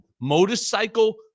motorcycle